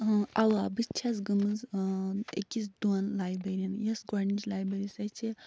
اَوا بہٕ چَھس گٔمٕژ أکِس دوٚن لایبیرین یَس گۄڈنِچ لایبیری سۄ چھِ